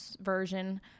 version